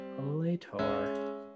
later